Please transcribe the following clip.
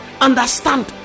Understand